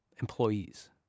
employees